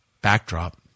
backdrop